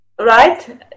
right